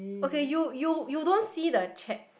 okay you you you don't see the chat